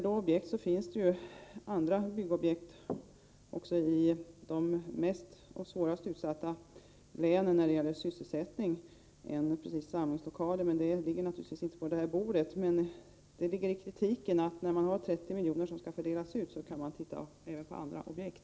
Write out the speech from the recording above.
Det finns ju andra byggnadsprojekt än samlingslokaler också i de när det gäller sysselsättningen mest utsatta länen. Den saken ligger naturligtvis inte på detta bord, men kritiken går ut på att när man har 30 miljoner att fördela, så bör man titta även på andra objekt.